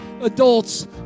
adults